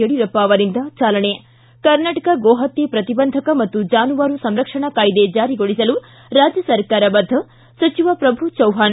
ಯಡಿಯೂರಪ್ಪ ಅವರಿಂದ ಚಾಲನೆ ಕರ್ನಾಟಕ ಗೋಹತ್ಯೆ ಪ್ರತಿಬಂಧಕ ಮತ್ತು ಜಾನುವಾರು ಸಂರಕ್ಷಣಾ ಕಾಯ್ದೆ ಜಾರಿಗೊಳಿಸಲು ರಾಜ್ಯ ಸರ್ಕಾರ ಬದ್ದ ಸಚಿವ ಪ್ರಭು ಚವ್ವಾಣ